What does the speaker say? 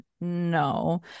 no